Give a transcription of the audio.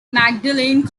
magdalene